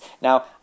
Now